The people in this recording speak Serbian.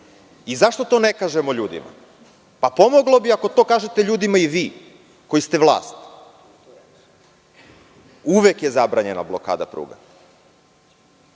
i zašto to ne kažemo ljudima? Pomoglo bi ako to kažete ljudima i vi koji ste vlast. Uvek je zabranjena blokada pruga.